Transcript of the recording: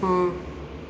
ହଁ